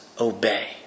obey